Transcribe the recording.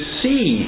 see